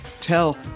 tell